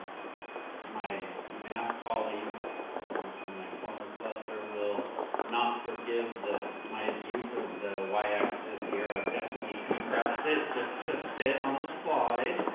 my math colleagues from my former cluster will not forgive my abuse of the y axis here, i've definitely compressed it just to fit on the slide.